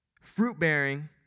fruit-bearing